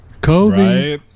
kobe